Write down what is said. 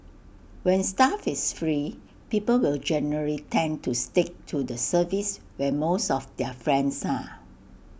when stuff is free people will generally tend to stick to the service where most of their friends are